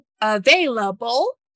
available